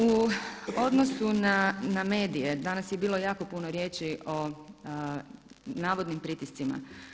U odnosu na medije, danas je bilo jako puno riječi o navodnim pritiscima.